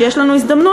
שיש לנו הזדמנות,